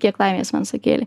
kiek laimės man sukėlė